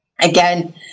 Again